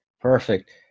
perfect